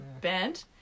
band